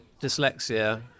dyslexia